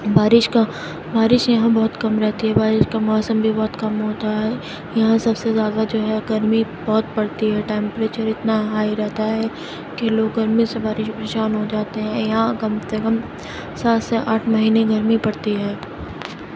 بارش کا بارش یہاں بہت کم رہتی ہے بارش کا موسم بھی بہت کم ہوتا ہے یہاں سب سے زیادہ جو ہے گرمی بہت پڑتی ہے ٹیمپریچر اتنا ہائی رہتا ہے کہ لوگ گرمی سے پریشان ہوجاتے ہیں یہاں کم سے کم سات سے آٹھ مہینے گرمی پڑتی ہے